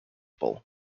full